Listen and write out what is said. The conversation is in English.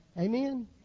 Amen